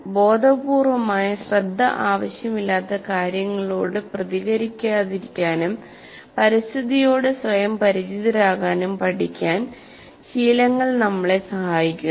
ബോധപൂർവമായ ശ്രദ്ധ ആവശ്യമില്ലാത്ത കാര്യങ്ങളോട് പ്രതികരിക്കാതിരിക്കാനും പരിസ്ഥിതിയോട് സ്വയം പരിചിതരാകാനും പഠിക്കാൻ ശീലങ്ങൾ നമ്മളെ സഹായിക്കുന്നു